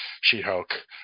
She-Hulk